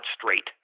straight